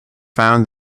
found